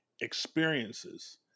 experiences